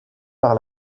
par